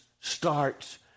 starts